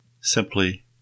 simply